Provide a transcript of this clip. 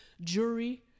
jury